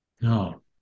No